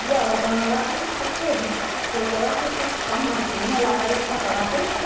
अॻियां वधण लाइ कुझु सिखो बि कीअं तव्हांखे कुझु कमु अचे हिन लाइ तव्हांखे